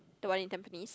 the one in tampines